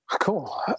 Cool